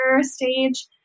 stage